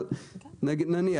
אבל נניח.